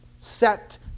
set